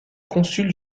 consuls